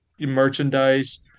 merchandise